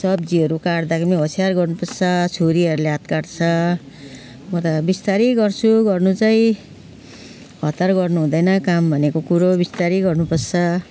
सब्जीहरू काट्दा पनि होसियार गर्नु पर्छ छुरीहरूले हात काट्छ म त बिस्तारै गर्छु गर्नु चाहिँ हतार गर्नु हुँदैन काम भनेको कुरो बिस्तारै गर्नु पर्छ